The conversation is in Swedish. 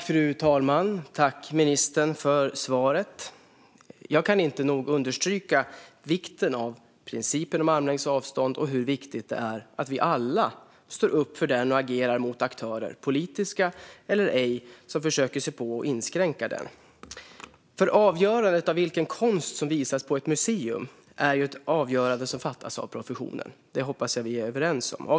Fru talman! Jag tackar ministern för svaret. Jag kan inte nog understryka vikten av principen om armlängds avstånd och hur viktigt det är att vi alla står upp för den och agerar mot aktörer, politiska eller ej, som försöker inskränka den. Vilken konst som ska visas på ett museum avgörs av professionen, alltså av de skickliga och kunniga medarbetarna - det hoppas jag att vi är överens om.